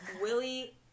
Willie